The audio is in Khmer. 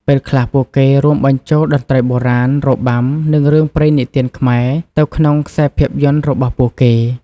ពេលខ្លះ ពួកគេរួមបញ្ចូលតន្ត្រីបុរាណ របាំ និងរឿងព្រេងនិទានខ្មែរទៅក្នុងខ្សែភាពយន្តរបស់ពួកគេ។